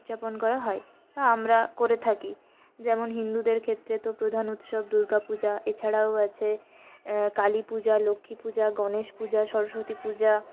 উদযাপন করা হয় বা আমরা করে থাকি যেমন হিন্দুদের ক্ষত্রে তো প্রধান উৎসব দূর্গা পুজো এছাড়াও আছে কালী পুজো লক্ষ্মী পুজো গণেশ পুজো সরস্বতী পুজো